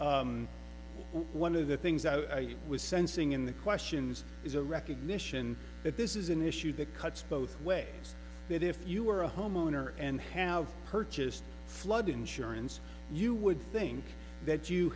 one of the things i was sensing in the questions is a recognition that this is an issue that cuts both ways that if you were a homeowner and have purchased flood insurance you would think that you